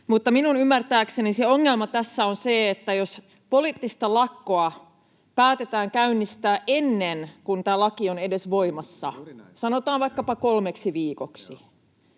minun ymmärtääkseni ongelma tässä on se, että jos poliittinen lakko päätetään käynnistää ennen kuin tämä laki on edes voimassa — sanotaan vaikkapa kolmeksi viikoksi